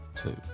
Two